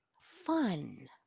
fun